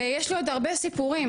ויש לי עוד הרבה סיפורים,